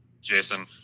Jason